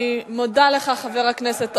אני מודה לך, חבר הכנסת אורבך.